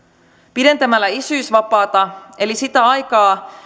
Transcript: pidentämällä isyysvapaata eli sitä aikaa